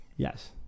Yes